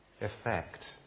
effect